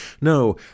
No